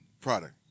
product